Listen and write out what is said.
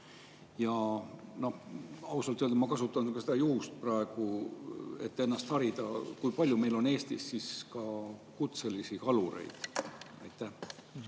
– ausalt öeldes ma kasutan seda juhust praegu, et ennast harida – ja kui palju meil on Eestis ka kutselisi kalureid? Aitäh,